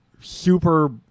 super